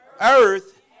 earth